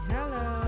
Hello